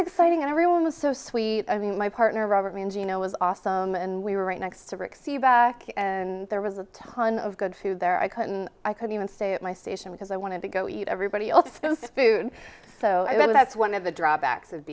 exciting and everyone was so sweet i mean my partner robert me and gino was awesome and we were right next to rick see back and there was a ton of good food there i couldn't i couldn't even stay at my station because i wanted to go eat everybody else no food so i mean that's one of the drawbacks of